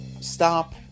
stop